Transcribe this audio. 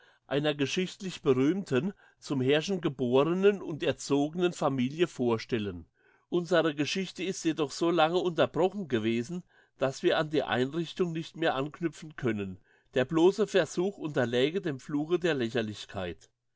einer geschichtlich berühmten zum herrschen geborenen und erzogenen familie vorstellen unsere geschichte ist jedoch so lange unterbrochen gewesen dass wir an die einrichtung nicht mehr anknüpfen können der blosse versuch unterläge dem fluche der lächerlichkeit